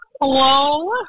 Hello